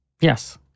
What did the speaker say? Yes